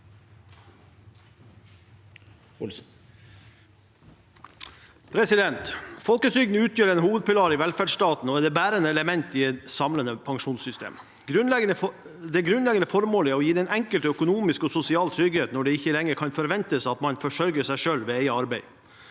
«Folketryg- den utgjør en hovedpilar i velferdsstaten og er det bærende elementet i det samlede pensjonssystemet. Det grunnleggende formålet er å gi den enkelte økonomisk og sosial trygghet når det ikke lenger kan forventes at man kan forsørge seg selv ved eget arbeid.